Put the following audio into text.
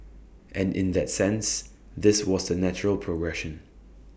and in that sense this was the natural progression